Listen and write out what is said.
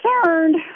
concerned